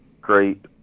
great